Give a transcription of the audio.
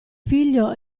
figlio